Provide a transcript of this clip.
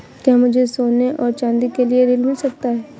क्या मुझे सोने और चाँदी के लिए ऋण मिल सकता है?